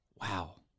Wow